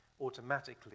automatically